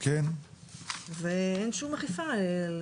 לציבור, אין שום אכיפה.